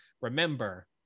remember